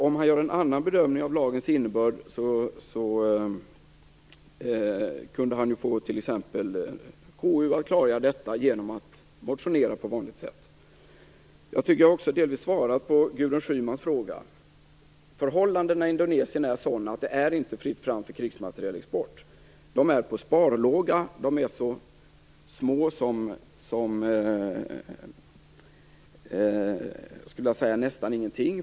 Om han gör en annan bedömning av lagens innebörd kunde han t.ex. få KU att klargöra detta genom att motionera på vanligt sätt. Jag tycker också att jag delvis har svarat på Gudrun Schymans fråga. Förhållandena i Indonesien är sådana att det inte är fritt fram för krigsmaterielexport. Den är på sparlåga, den är så liten som nästan ingenting.